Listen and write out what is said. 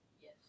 Yes